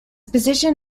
position